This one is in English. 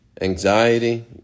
anxiety